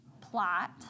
plot